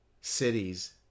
cities